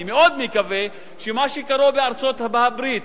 אני מאוד מקווה שמה שקרה בארצות-הברית,